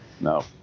no